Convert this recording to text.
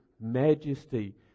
majesty